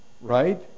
right